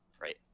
right